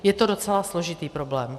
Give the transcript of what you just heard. Je to docela složitý problém.